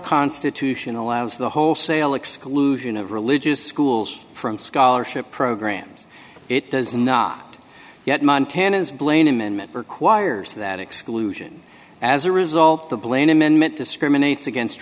constitution allows the wholesale exclusion of religious schools from scholarship programs it does not yet montana's blain amendment requires that exclusion as a result the blain amendment discriminates against